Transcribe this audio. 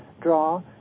draw